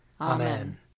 Amen